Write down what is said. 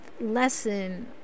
lesson